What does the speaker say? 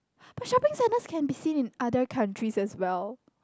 but shopping centres can be seen in other countries as well